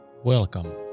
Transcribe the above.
Welcome